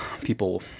people